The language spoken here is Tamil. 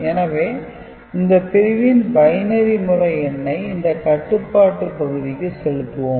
எனவே இந்த பிரிவின் பைனரி முறை எண்ணை இந்த கட்டுபாட்டு பகுதிக்கு செலுத்துவோம்